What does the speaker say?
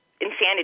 insanity